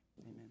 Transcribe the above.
Amen